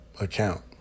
account